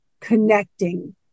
connecting